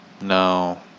No